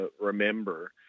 remember